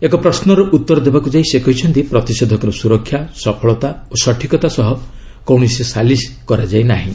ଏକ ପ୍ରଶ୍ୱର ଉତ୍ତର ଦେବାକୁ ଯାଇ ସେ କହିଛନ୍ତି ପ୍ରତିଷେଧକର ସୁରକ୍ଷା ସଫଳତା ଓ ସଠିକତା ସହ କୌଣସି ସାଲିସ କରାଯାଇ ନାହିଁ